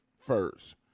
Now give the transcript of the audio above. first